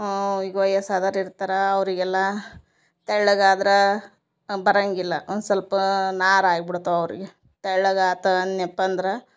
ಆ ಈಗ ವಯಸ್ಸಾದವ್ರ ಇರ್ತರಾ ಅವರಿಗೆಲ್ಲಾ ತೆಳ್ಳಗಾದ್ರಾ ಬರಂಗಿಲ್ಲ ಒಂದ್ ಸ್ವಲ್ಪ ನಾರಾಗಿ ಬುಡ್ತವ ಅವರಿಗೆ ತೆಳ್ಳಗಾತಾನೆಪಂದರ